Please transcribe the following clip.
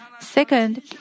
Second